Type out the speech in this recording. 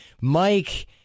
Mike